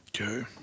Okay